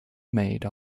made